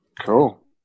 Cool